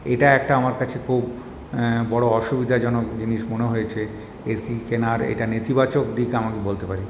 এটা একটা আমার কাছে খুব বড় অসুবিধাজনক জিনিস মনে হয়েছে এসি কেনার এটা নেতিবাচক দিক আমাকে বলতে পারি